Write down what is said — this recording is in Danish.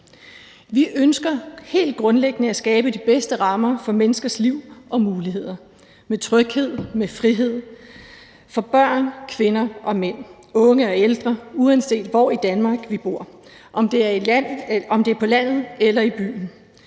Vi ønsker helt grundlæggende at skabe de bedste rammer for menneskers liv og muligheder, med tryghed og med frihed for børn, kvinder og mænd, unge og ældre, uanset hvor i Danmark de bor, om det er på landet eller i byen.